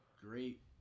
great